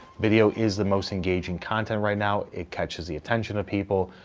video is the most engaging content right now, it catches the attention of people,